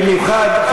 במיוחד,